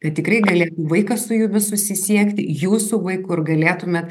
kad tikrai galėtų vaikas su jumis susisiekti jūsų vaiku ar galėtumėt